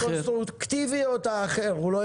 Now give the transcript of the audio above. הוא לא יודע אם הוא רוצה רישיון --- או רישיון אחר.